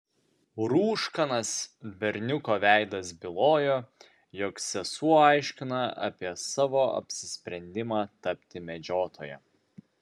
rūškanas berniuko veidas bylojo jog sesuo aiškina apie savo apsisprendimą tapti medžiotoja